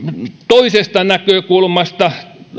toisesta näkökulmasta